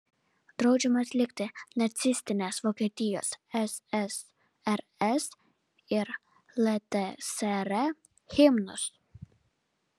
draudžiama atlikti nacistinės vokietijos ssrs ir ltsr himnus